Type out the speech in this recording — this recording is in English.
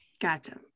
Gotcha